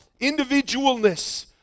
individualness